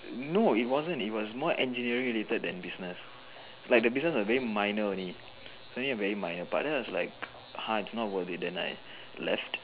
no it wasn't it was more engineering related than business like the business very minor only it's only a very minor part then it was like hard not worth it then I left